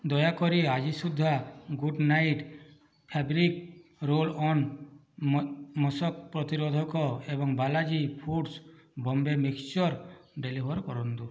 ଦୟାକରି ଆଜି ସୁଦ୍ଧା ଗୁଡ଼ନାଇଟ୍ ଫ୍ୟାବ୍ରିକ୍ ରୋଲ୍ ଅନ୍ ମଶକ ପ୍ରତିରୋଧକ ଏବଂ Balaji foods Bombay mixture deliver କରନ୍ତୁ